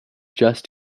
just